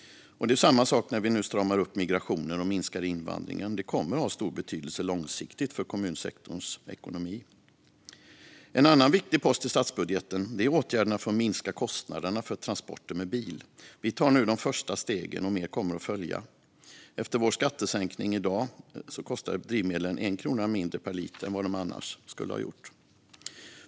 Det är samma sak när vi nu stramar upp migrationen och minskar invandringen. Det kommer att ha stor betydelse långsiktigt för kommunsektorns ekonomi. En annan viktig post i statsbudgeten är åtgärderna för att minska kostnaderna för transporter med bil. Vi tar nu de första stegen, och mer kommer att följa. Efter vår skattesänkning kostar drivmedlen en krona mindre per liter än vad de annars skulle ha gjort.